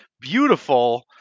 beautiful